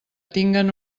tinguen